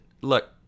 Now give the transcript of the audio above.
look